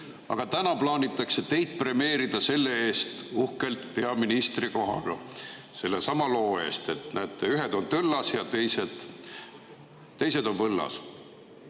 aga täna plaanitakse teid premeerida selle eest uhkelt peaministrikohaga, sellesama loo eest. Näete, ühed on tõllas ja teised on võllas.